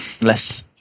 Less